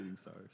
Stars